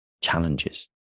challenges